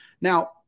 Now